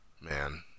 Man